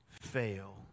fail